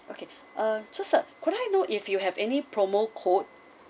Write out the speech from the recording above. okay uh so sir could I know if you have any promo code